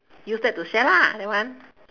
use that to share lah that one